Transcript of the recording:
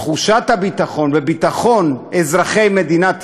תחושת הביטחון, וביטחון אזרחי מדינת ישראל,